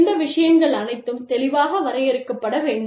இந்த விஷயங்கள் அனைத்தும் தெளிவாக வரையறுக்கப்பட வேண்டும்